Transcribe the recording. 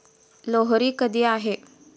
लोहरी कधी आहे?